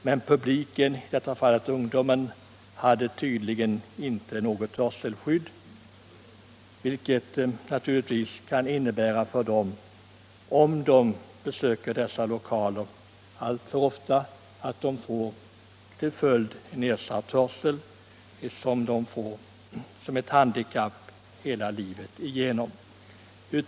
Men publiken — i detta fall ungdomar — hade tydligen inte några hörselskydd vilket naturligtvis kan innebära, om de besöker dessa lokaler alltför ofta, att de får nedsatt hörsel som ett handikapp hela livet igenom.